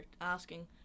asking